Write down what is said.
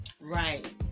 right